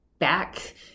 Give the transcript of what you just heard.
Back